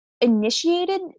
initiated